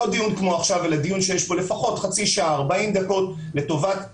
לא דיון כמו עכשיו אלא דיון שיש בו לפחות חצי שעה-40 דקות לטובת מומחים,